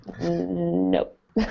Nope